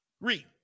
Read